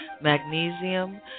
magnesium